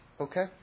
okay